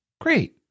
Great